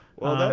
well no,